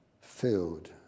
filled